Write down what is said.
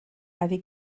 avec